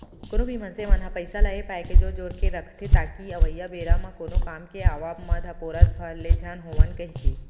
कोनो भी मनसे मन ह पइसा ल ए पाय के जोर जोर के रखथे ताकि अवइया बेरा म कोनो काम के आवब म धपोरत भर ले झन होवन कहिके